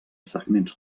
segments